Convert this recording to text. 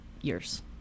years